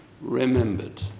remembered